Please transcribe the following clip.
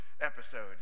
episodes